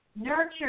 nurture